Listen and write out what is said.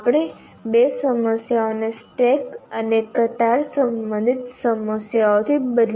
આપણે બે સમસ્યાઓને સ્ટેક અને કતાર સંબંધિત સમસ્યાઓથી બદલી